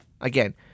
Again